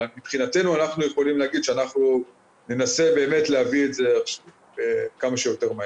מבחינתנו אנחנו יכולים להגיד שאנחנו ננסה להביא את זה כמה שיותר מהר.